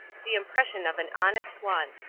the impression of an honest one.